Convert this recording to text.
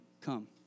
come